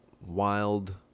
wild